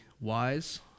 wise